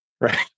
right